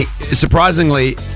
Surprisingly